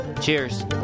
Cheers